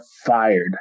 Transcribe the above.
fired